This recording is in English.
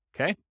Okay